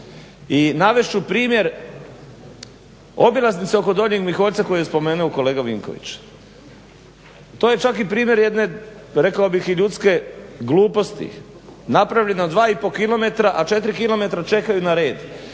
I navest ću primjer obilaznice oko Donjeg Miholjca koju je spomenuo kolega Vinković. To je čak i primjer jedne rekao bih i ljudske gluposti napravljene od 2 i pol kilometra, a 4 kilometra čekaju na red.